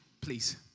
please